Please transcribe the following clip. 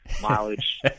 mileage